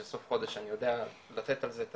שסוף חודש אני יודע לתת על זה את